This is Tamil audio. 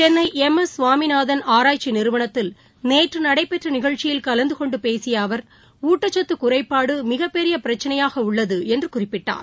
சென்னைஎம் எஸ் சுவாமிநாதன் ஆராய்ச்சிநிறுவனத்தில் நேற்றுநடைபெற்றநிகழ்ச்சியில் கலந்துகொண்டுபேசியஅவர் ஊட்டச்சத்துகுறைபாடுமிகப்பெரியபிரச்சினையாகஉள்ளதுஎன்றுகுறிப்பிட்டார்